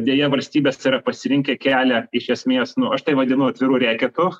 deja valstybės yra pasirinkę kelią iš esmės aš tai vadinu atviru reketu